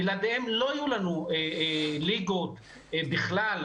בלעדיהם לא יהיו לנו ליגות בכלל.